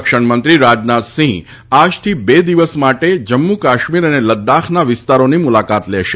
સંરક્ષણ મંત્રી રાજનાથ સિંહ આ જથી બે દિવસ માટે જમ્મુ કાશ્મીર અને લદ્દાખના વિસ્તારોની મુલાકાત લેશે